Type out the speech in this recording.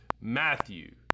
Matthew